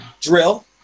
drill